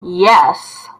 yes